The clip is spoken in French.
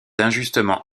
injustement